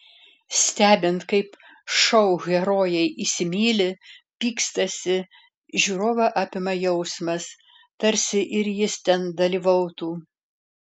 stebint kaip šou herojai įsimyli pykstasi žiūrovą apima jausmas tarsi ir jis ten dalyvautų